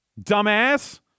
dumbass